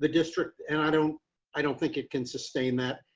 the district and i don't i don't think it can sustain that.